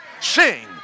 sing